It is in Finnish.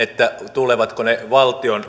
tulevatko ne valtion